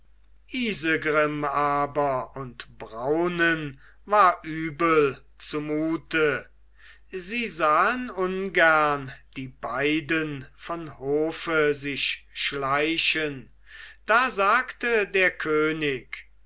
aber und braunen war übel zumute sie sahen ungern die beiden von hofe sich schleichen da sagte der könig